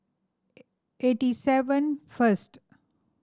eighty seven first